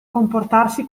comportarsi